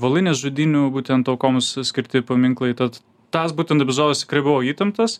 voluinės žudynių būtent aukoms skirti paminklai tad tas būtent epizodas tikrai buvo įtemptas